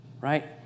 Right